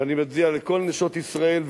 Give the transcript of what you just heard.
ואני מצדיע לכל נשות ישראל,